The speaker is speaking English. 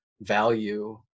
value